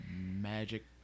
Magic